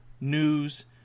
news